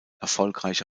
erfolgreiche